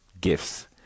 gifts